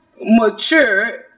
mature